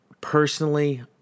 Personally